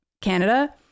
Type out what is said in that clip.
Canada